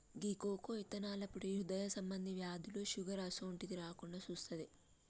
గీ కోకో ఇత్తనాల పొడి హృదయ సంబంధి వ్యాధులు, షుగర్ అసోంటిది రాకుండా సుత్తాది